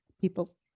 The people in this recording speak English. people